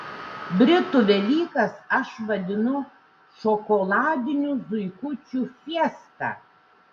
britų velykas aš vadinu šokoladinių zuikučių fiesta